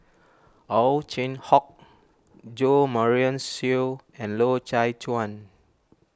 Ow Chin Hock Jo Marion Seow and Loy Chye Chuan